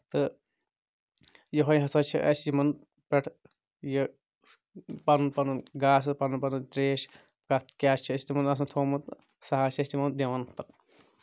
تہٕ یِہوے ہسا چھُ اسہِ یِمن پٮ۪ٹھ یہِ پَنُن پَنُن گاسہٕ پَنُن پَنُن تریش تَتھ کیاہ چھُ اَسہِ تِمن آسان تھوومُت سُہ حظ چھِ أسۍ تِمن دِوان پَتہٕ